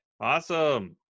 awesome